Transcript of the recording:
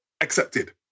accepted